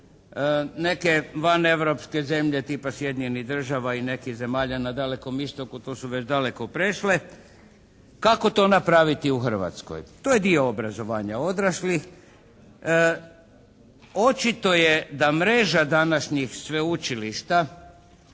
neke vaneuropske zemlje tipa Sjedinjenih Država i nekih zemalja na dalekom istoku, to su već daleko prešle. Kako to napraviti u Hrvatskoj? To je dio obrazovanja odraslih. Očito je da mreža današnjih sveučilišta